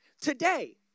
Today